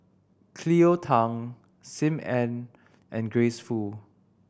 Cleo Thang Sim Ann and Grace Fu